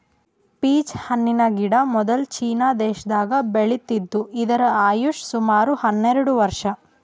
peach ಹಣ್ಣಿನ್ ಗಿಡ ಮೊದ್ಲ ಚೀನಾ ದೇಶದಾಗ್ ಬೆಳಿತಿದ್ರು ಇದ್ರ್ ಆಯುಷ್ ಸುಮಾರ್ ಹನ್ನೆರಡ್ ವರ್ಷ್